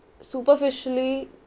superficially